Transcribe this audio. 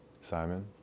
Simon